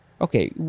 okay